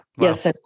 Yes